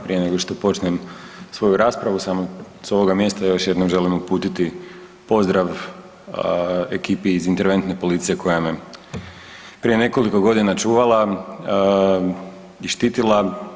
Prije nego što počnem svoju raspravu samo sa ovoga mjesta još jednom želim uputiti pozdrav ekipi iz Interventne policije koja me prije nekoliko godina čuvala i štitila.